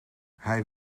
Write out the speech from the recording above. hij